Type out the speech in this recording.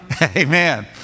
Amen